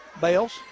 Bales